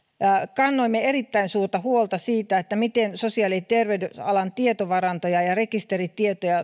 kannoimme erittäin suurta huolta siitä miten tullaan turvaamaan sosiaali ja terveysalan tietovarantojen ja ja rekisteritietojen